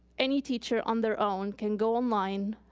any teacher on their own can go online,